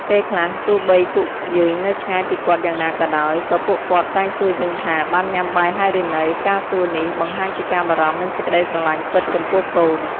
ពេលខ្លះ ទោះបីពួកយើងនៅឆ្ងាយពីគាត់យ៉ាងណាក៏ដោយ ក៏ពួកគាត់តែងសួរយើងថា "បានញុាំបាយហើយឬនៅ?" ការសួរនេះ បង្ហាញពីការបារម្ភនិងសេចក្ដីស្រឡាញ់ពិតចំពោះកូន។